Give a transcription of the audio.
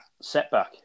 setback